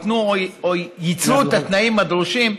או ייצרו את התנאים הדרושים,